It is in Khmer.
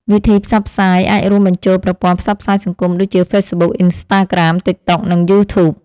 វិធីផ្សព្វផ្សាយអាចរួមបញ្ចូលប្រព័ន្ធផ្សព្វផ្សាយសង្គម ដូចជា ហ្វេសប៊ុក អុិនស្តារក្រាម ទីកតុក និងយូធូប